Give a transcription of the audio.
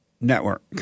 network